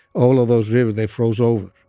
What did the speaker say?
all of those rivers, they froze over.